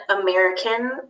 American